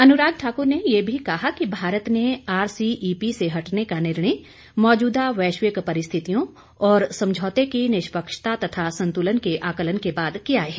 अनुराग ठाकुर ने ये भी कहा कि भारत ने आरसीईपी से हटने का निर्णय मौजूदा वैश्विक परिस्थितियों और समझौते की निष्पक्षता तथा संतुलन के आकलन के बाद किया है